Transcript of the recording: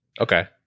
Okay